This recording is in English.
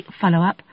follow-up